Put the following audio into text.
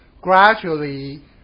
gradually